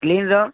କ୍ଲିନ୍ର